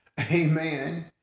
Amen